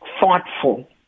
thoughtful